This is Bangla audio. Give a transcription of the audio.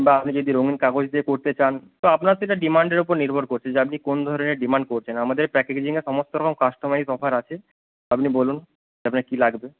বা আপনি যদি রঙিন কাগজ দিয়ে করতে চান তো আপনার সেটা ডিমান্ডের উপর নির্ভর করছে যে আপনি কোন ধরনের ডিমান্ড করছেন আমাদের প্যাকেজিংয়ে সমস্ত রকম কাস্টোমাইজ অফার আছে তো আপনি বলুন আপনার কী লাগবে